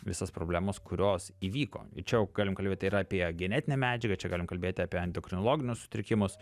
visas problemas kurios įvyko ir čia jau galim kalbėt tai yra ir apie genetinę medžiagą čia galim kalbėti apie endokrinologinius sutrikimus